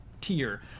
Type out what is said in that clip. tier